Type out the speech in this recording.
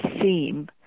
theme